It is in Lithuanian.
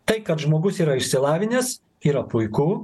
tai kad žmogus yra išsilavinęs yra puiku